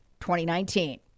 2019